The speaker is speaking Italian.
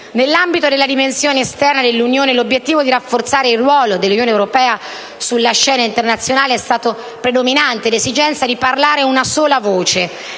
Nell'ambito della dimensione esterna dell'Unione, l'obiettivo di rafforzare il ruolo dell'Unione europea sulla scena internazionale è stato predominante, e l'esigenza è di parlare con una sola voce.